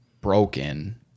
broken